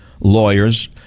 lawyers